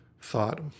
thought